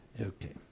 Okay